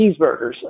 cheeseburgers